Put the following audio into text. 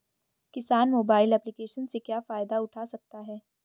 किसान mobile application से क्या फायदा उठा सकता है?